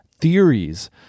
theories